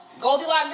Goldilocks